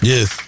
Yes